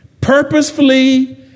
Purposefully